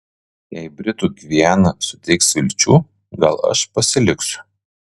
jei britų gviana suteiks vilčių gal aš pasiliksiu